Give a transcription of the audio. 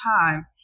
time